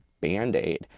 band-aid